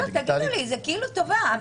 זה כאילו טובה.